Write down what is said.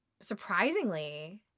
surprisingly